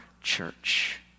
church